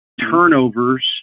turnovers